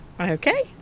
Okay